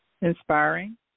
inspiring